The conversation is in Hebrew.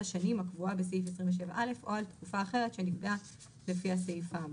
שנים הקבועה בסעיף 27(א) או על תקופה אחרת שנקבעה לפי הסעיף האמור.